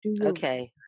Okay